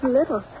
Little